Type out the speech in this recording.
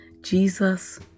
Jesus